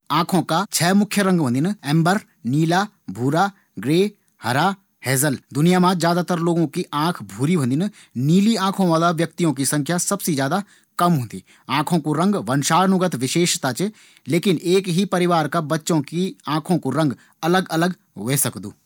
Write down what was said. आँखों का छ मुख्य रंग होंदिन। अंबर, नीला, भूरा, ग्रे, हरा और हेजल। दुनिया मा ज्यादातर लोगों की आँख भूरी होंदिन। नीला रंगों वाली आँखों वाळा लोगों की संख्या सबसे कम च। आँखों कू रंग वंशानुगत विशेषता च। लेकिन एक ही परिवार का बच्चों की आँखों कू रंग अलग अलग ह्वे सकदु।